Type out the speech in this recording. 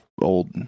old